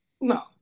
No